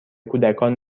کودکان